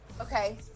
Okay